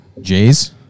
Jays